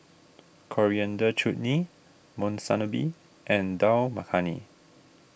Coriander Chutney Monsunabe and Dal Makhani